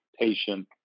patient